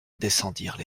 descendirent